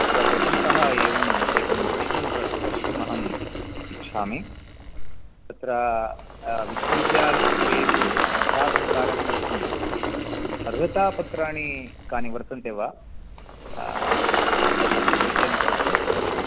तत्र प्रथमतः एवम् एकं प्रश्नं प्र प्रष्टुम् अहम् इच्छामि तत्र विश्वविद्यालयस्तरेषु अध्यापनकार्यं कर्तुम् अर्हतापत्राणि कानि वर्तन्ते वा तस्य परिचयं करोतु अवश्यं